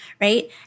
right